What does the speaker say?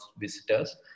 visitors